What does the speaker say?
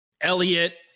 Elliot